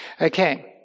Okay